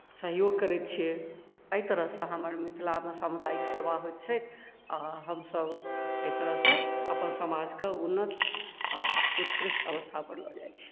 सहयोग करैत छियै एहि तरहसँ हमर मिथिलामे सामुदायिक सेवा होइत छैक आओर हमसभ एहि तरहसँ अपन समाजके उन्नति आओर उत्कृष्ट अवस्थापर लए जाइत छी